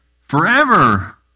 forever